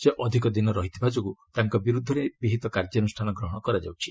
ସେ ଅଧିକ ଦିନ ରହିଥିବା ଯୋଗୁଁ ତାଙ୍କ ବିରୁଦ୍ଧରେ ବିହତ କାର୍ଯ୍ୟାନୁଷାନ ଗ୍ରହଣ କରାଯାଉଛି